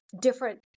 different